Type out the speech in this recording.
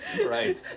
Right